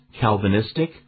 Calvinistic